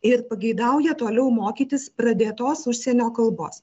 ir pageidauja toliau mokytis pradėtos užsienio kalbos